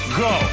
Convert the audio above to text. go